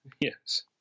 Yes